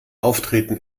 auftreten